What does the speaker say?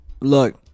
look